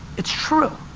it's true.